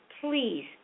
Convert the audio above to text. please